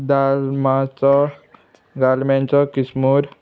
दालमाचो गालम्यांचो किस्मूर